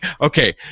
Okay